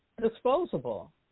disposable